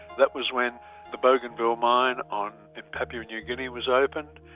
that was when the bougainville mine on papua new guinea was opened,